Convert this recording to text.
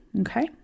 Okay